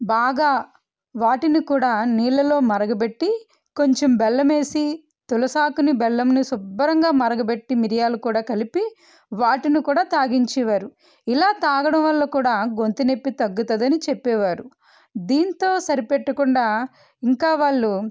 బాగా వాటిని కూడా నీళ్ళలో మరగపెట్టి కొంచెం బెల్లం వేసి తులసి ఆకుని బెల్లం సుబ్బరంగా మరగపెట్టి మిరియాలు కూడా కలిపి వాటిని కూడా తాగించేవారు ఇలా తాగడం వల్ల కూడా గొంతు నొప్పి తగ్గుతుందని చెప్పేవారు దీంతో సరిపెట్టకుండా ఇంకా వాళ్ళు